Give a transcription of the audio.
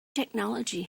technology